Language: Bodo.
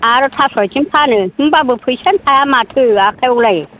आरो थास' आथिं फानो होनबाबो फैसायानो थाया माथो आखाइयावलाय